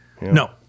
no